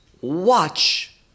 watch